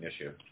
issue